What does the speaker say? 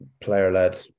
player-led